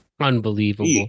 Unbelievable